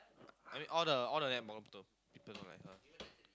I mean all the all the netballer the people don't like her